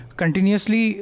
continuously